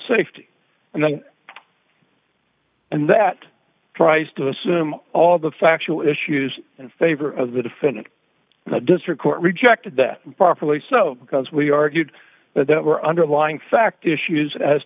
safety and then and that tries to assume all the factual issues in favor of the defendant the district court rejected that properly so because we argued that there are underlying fact issues as